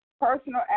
personal